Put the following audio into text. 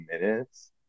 minutes